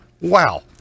Wow